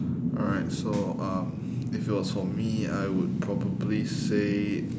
alright so um if it was for me I would probably say